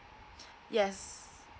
yes